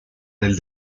del